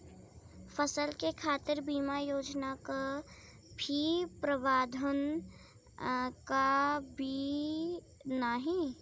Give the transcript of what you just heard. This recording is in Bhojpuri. फसल के खातीर बिमा योजना क भी प्रवाधान बा की नाही?